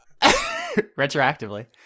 Retroactively